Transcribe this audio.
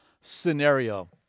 scenario